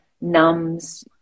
numbs